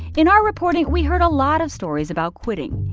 in our reporting, we heard a lot of stories about quitting,